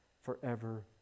forever